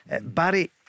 Barry